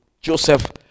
Joseph